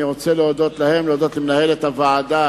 אני רוצה להודות למנהלת הוועדה,